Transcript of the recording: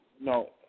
no